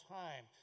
time